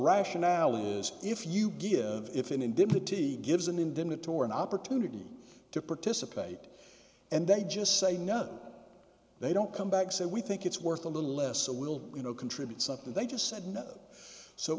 rationale is if you give if an independent he gives an indictment or an opportunity to participate and they just say no they don't come back say we think it's worth a little less so we'll you know contribute something they just said no so